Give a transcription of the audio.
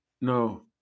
no